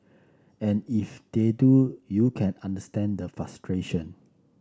and if they do you can understand the frustration